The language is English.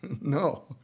No